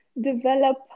develop